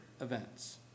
events